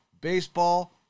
baseball